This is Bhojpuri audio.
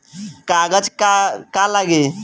कागज का का लागी?